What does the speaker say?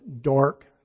dark